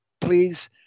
please